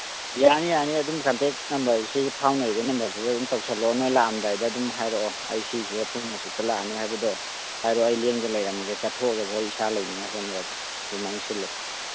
ꯌꯥꯅꯤ ꯌꯥꯅꯤ ꯑꯗꯨꯝ ꯀꯟꯇꯦꯛ ꯅꯝꯕꯔꯁꯤ ꯄꯥꯎꯅꯔꯤꯕ ꯅꯝꯕꯔꯁꯤꯗ ꯑꯗꯨꯝ ꯇꯧꯁꯜꯂꯛꯑꯣ ꯅꯣꯏ ꯂꯥꯛꯑꯝꯗꯥꯏꯗ ꯑꯗꯨꯝ ꯍꯥꯏꯔꯛꯑꯣ ꯑꯩ ꯁꯤꯁꯦ ꯄꯨꯡ ꯑꯁꯨꯛꯇ ꯂꯥꯛꯑꯅꯤ ꯍꯥꯏꯕꯗꯣ ꯍꯥꯏꯔꯛꯑꯣ ꯑꯩ ꯂꯦꯡꯗꯅ ꯂꯩꯔꯝꯃꯒꯦ ꯆꯠꯊꯣꯛꯑꯒꯁꯨ ꯑꯩ ꯏꯁꯥ ꯂꯩꯅꯉꯥꯏ ꯍꯣꯠꯅꯔꯒꯦ ꯑꯗꯨꯃꯥꯏꯅ ꯁꯤꯜꯂꯨ